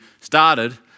started